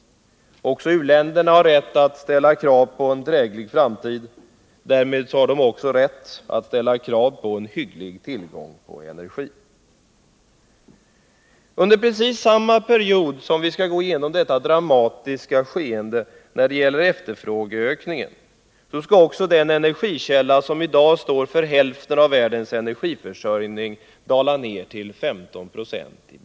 Också u-länderna har rätt att kräva en dräglig framtid. Därmed har de också rätt att kräva en hygglig tillgång på energi. Den andra är att under precis den period då vi skall gå igenom detta dramatiska skeende beträffande efterfrågeökningen skall också den energikälla som i dag svarar för hälften av världens energiförsörjning dala ned till 15 20.